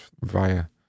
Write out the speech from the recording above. via